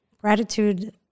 Gratitude